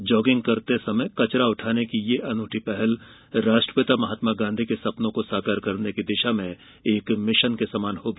jogging करते समय कचरा उठाने की यह अनूठी पहल राष्ट्रपिता महात्मा गांधी के सपनों को साकार करने की दिशा में एक मिशन के समान होगी